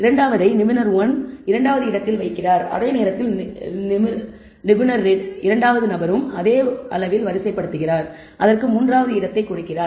இரண்டாவதை நிபுணர் 1 2 வது இடத்தில் வைத்திருக்கிறார் அதே நேரத்தில் நிபுணர் 2 அதை ஒரு அளவில் வரிசைப்படுத்துகிறார் அதற்கு 3 வது இடத்தை கொடுக்கிறார்